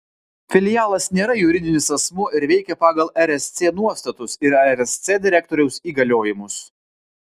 filialas nėra juridinis asmuo ir veikia pagal rsc nuostatus ir rsc direktoriaus įgaliojimus